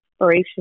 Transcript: inspiration